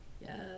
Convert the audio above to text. Yes